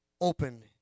open